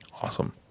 Awesome